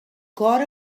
cor